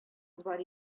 бар